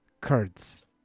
Kurds